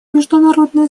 международное